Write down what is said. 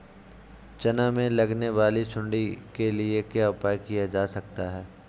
चना में लगने वाली सुंडी के लिए क्या उपाय किया जा सकता है?